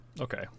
Okay